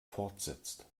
fortsetzt